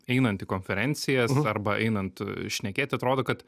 einant į konferencijas arba einant šnekėti atrodo kad